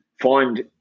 find